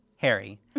Harry